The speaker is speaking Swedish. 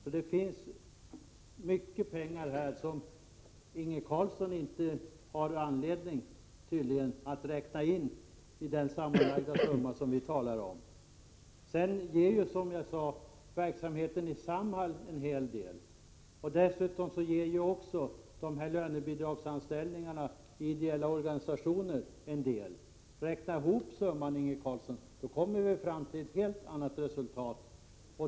Här finns mycket pengar, som Inge Carlsson tydligen inte har anledning att räkna in i den sammanlagda summa som vi talar om. Vidare ger ju, som jag sade, verksamheten i Samhall en hel del, och dessutom ger lönebidragsanställningarna i ideella organisationer en del. Räkna ihop summan, Inge Carlsson, så kommer vi fram till ett helt annat resultat!